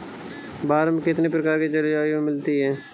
भारत में कितनी प्रकार की जलवायु मिलती है?